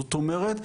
זאת אומרת,